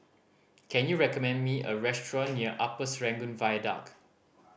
can you recommend me a restaurant near Upper Serangoon Viaduct